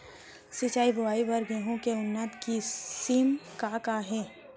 सिंचित बोआई बर गेहूँ के उन्नत किसिम का का हे??